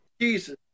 Jesus